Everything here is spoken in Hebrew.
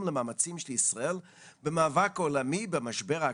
למאמצים של ישראל במאבק העולמי במשבר האקלים,